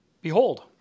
Behold